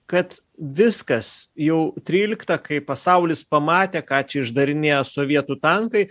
kad viskas jau trylikta kai pasaulis pamatė ką čia išdarinėja sovietų tankai